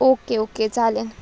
okay okay चालेल